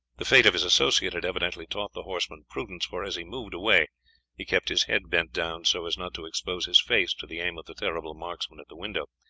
the fate of his associate had evidently taught the horseman prudence, for as he moved away he kept his head bent down so as not to expose his face to the aim of the terrible marksman at the window.